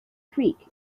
creek